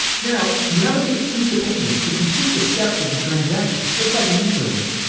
now, navigate through the pages to complete the steps of the transaction, just like a user would.